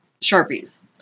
Sharpies